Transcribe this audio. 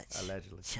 Allegedly